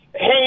Hey